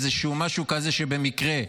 איזשהו משהו כזה שבמקרה,